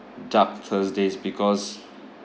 dark thursdays because